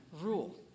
rule